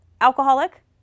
Alcoholic